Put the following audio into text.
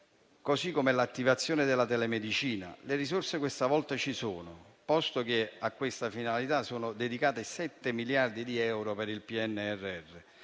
così come l'attivazione della telemedicina. Le risorse questa volta ci sono, posto che a questa finalità sono dedicate 7 miliardi di euro dal PNRR.